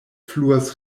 fluas